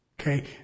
Okay